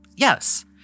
Yes